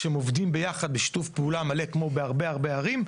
כשהם עובדים ביחד בשיתוף פעולה מלא כמו בהרבה הרבה ערים,